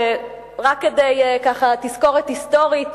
שרק ככה תזכורת היסטורית,